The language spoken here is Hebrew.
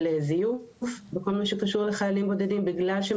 של זיוף בכל מה שקשור לחיילים בודדים בגלל שהם